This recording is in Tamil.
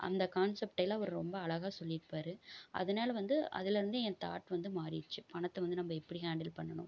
அந்த கான்செப்ட்டை எல்லாம் அவர் ரொம்ப அழகாக சொல்லிருப்பார் அதனால வந்து அதில் இருந்து என் தாட் வந்து மாறிடுச்சு பணத்தை வந்து நம்ப எப்படி ஹேண்டில் பண்ணணும்